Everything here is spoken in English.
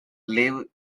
live